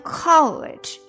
college